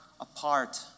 apart